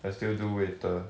I still do waiter